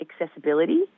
accessibility